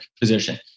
position